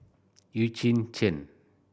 Eugene Chen